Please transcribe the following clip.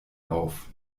auf